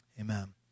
Amen